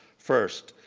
first,